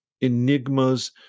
enigmas